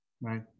Right